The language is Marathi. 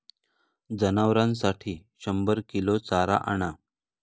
जनावरांसाठी शंभर किलो चारा आणा